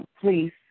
Please